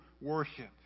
worship